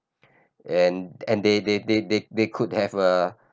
and and the~the~ they they they could have a